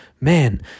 Man